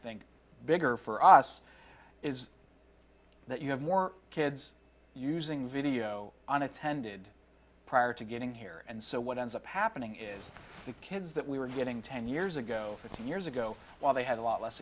think bigger for us is that you have more kids using video on attended prior to getting here and so what ends up happening is the kids that we were getting ten years ago fifteen years ago while they had a lot less